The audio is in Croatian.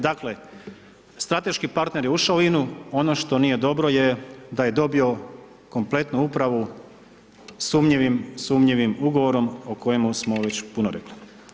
Dakle, strateški partner je ušao u INU ono što nije dobro je da je dobio kompletnu upravu sumnjivim ugovorom o kojemu smo već puno rekli.